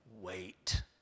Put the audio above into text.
wait